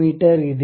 me ಇದೆ